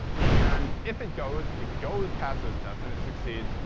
and if it goes, it goes past those tests and it succeeds,